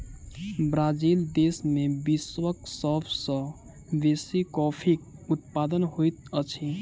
Brazil देश में विश्वक सब सॅ बेसी कॉफ़ीक उत्पादन होइत अछि